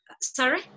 Sorry